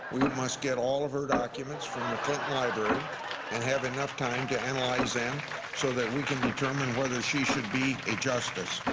we must get all of her documents from the clinton library and have enough time to analyze them so that we can determine whether she should be a justice.